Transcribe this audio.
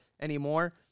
anymore